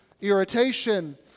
irritation